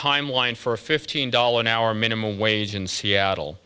timeline for a fifteen dollars an hour minimum wage in seattle